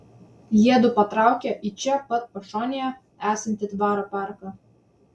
jiedu patraukia į čia pat pašonėje esantį dvaro parką